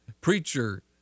preacher